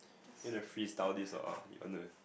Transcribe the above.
you want to freestyle this or you want to